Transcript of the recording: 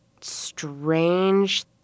strange